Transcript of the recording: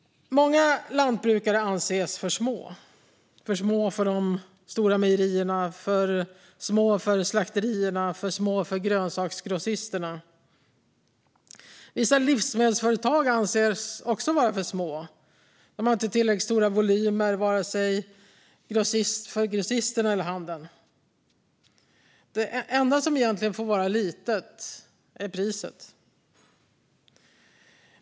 Många lantbruk anses för små. De är för små för de stora mejerierna, för små för slakterierna och för små för grönsaksgrossisterna. Vissa livsmedelsföretag anses också vara för små. De har inte tillräckligt stora volymer för vare sig grossisterna eller handeln. Det enda som egentligen får vara litet är priset.